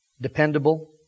dependable